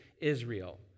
Israel